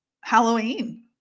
Halloween